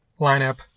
lineup